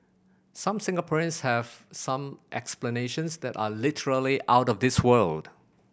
some Singaporeans have some explanations that are literally out of this world